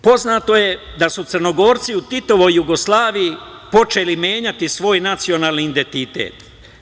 Poznato je da su Crnogorci u Titovoj Jugoslaviji počeli menjati svoj nacionalni identitet.